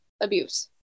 abuse